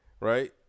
Right